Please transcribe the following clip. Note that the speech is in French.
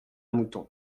mouton